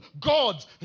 God's